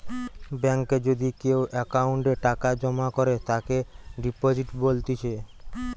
বেঙ্কে যদি কেও অ্যাকাউন্টে টাকা জমা করে তাকে ডিপোজিট বলতিছে